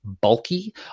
bulky